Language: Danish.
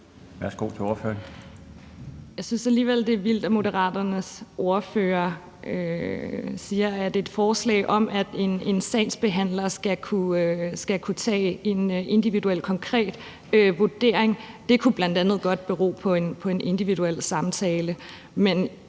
Skalvig (LA): Jeg synes alligevel, det er vildt, at Moderaternes ordfører siger, at et forslag om, at en sagsbehandler skal kunne tage en individuel konkret vurdering, skaber bureaukrati. Det kunne bl.a. godt bero på en individuel samtale. Men